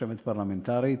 רשמת פרלמנטרית,